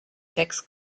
sechs